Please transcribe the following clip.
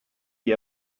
die